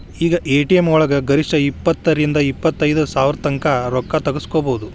ಈಗ ಎ.ಟಿ.ಎಂ ವಳಗ ಗರಿಷ್ಠ ಇಪ್ಪತ್ತರಿಂದಾ ಇಪ್ಪತೈದ್ ಸಾವ್ರತಂಕಾ ರೊಕ್ಕಾ ತಗ್ಸ್ಕೊಬೊದು